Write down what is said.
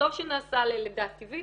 וטוב שנעשה ללידה טבעית,